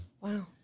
Wow